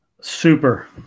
Super